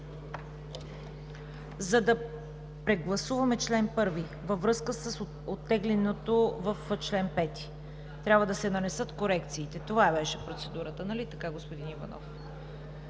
За да прегласуваме чл. 1 във връзка с оттегленото в чл. 5 – трябва да се нанесат корекциите. Това беше процедурата, нали така, господин Иванов?